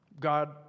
God